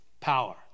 power